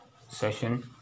session